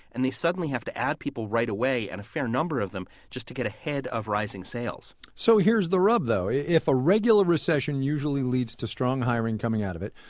and they suddenly have to add people right away. and a fair number of them just to get ahead of rising sales. so here's the rub though if a regular recession usually leads to strong hiring coming out of it,